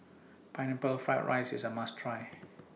Pineapple Fried Rice IS A must Try